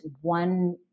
one